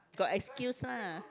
got excuse lah